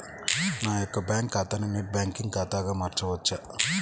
నా యొక్క బ్యాంకు ఖాతాని నెట్ బ్యాంకింగ్ ఖాతాగా మార్చవచ్చా?